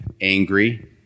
angry